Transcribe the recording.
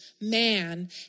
man